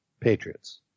Patriots